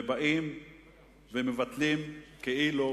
ומבטלים כאילו